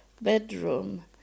bedroom